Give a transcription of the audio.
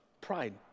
Pride